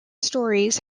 stories